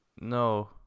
no